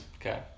Okay